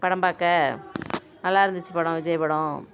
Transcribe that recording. படம் பார்க்க நல்லாயிருந்துச்சு படம் விஜய் படம்